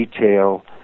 detail